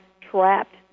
trapped